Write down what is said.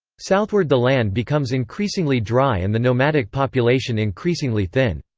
southward the land becomes increasingly dry and the nomadic population increasingly thin.